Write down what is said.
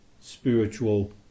spiritual